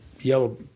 yellow